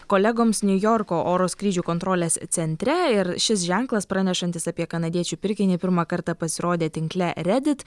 kolegoms niujorko oro skrydžių kontrolės centre ir šis ženklas pranešantis apie kanadiečių pirkinį pirmą kartą pasirodė tinkle redit